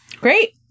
Great